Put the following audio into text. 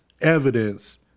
evidence